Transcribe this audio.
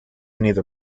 neither